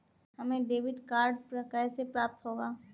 हमें debit card कैसे प्राप्त होगा?